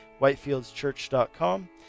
whitefieldschurch.com